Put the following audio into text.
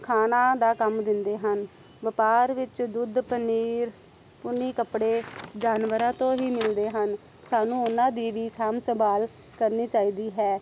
ਖਾਨਾ ਦਾ ਕੰਮ ਦਿੰਦੇ ਹਨ ਵਪਾਰ ਵਿੱਚ ਦੁੱਧ ਪਨੀਰ ਉੱਨੀ ਕੱਪੜੇ ਜਾਨਵਰਾਂ ਤੋਂ ਹੀ ਮਿਲਦੇ ਹਨ ਸਾਨੂੰ ਉਹਨਾਂ ਦੀ ਵੀ ਸਾਂਭ ਸੰਭਾਲ ਕਰਨੀ ਚਾਹੀਦੀ ਹੈ